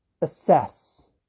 assess